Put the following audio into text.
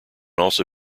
also